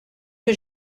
que